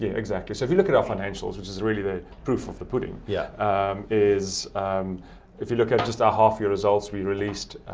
yeah exactly. so, if you look at our financials, which is really the proof of the pudding. yeah um if you look at just our half year results we released